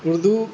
Urdu